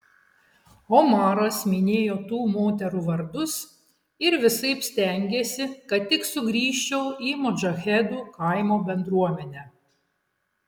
omaras minėjo tų moterų vardus ir visaip stengėsi kad tik sugrįžčiau į modžahedų kaimo bendruomenę